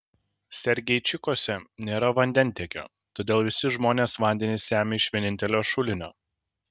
sergeičikuose nėra vandentiekio todėl visi žmonės vandenį semia iš vienintelio šulinio